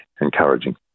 encouraging